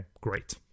great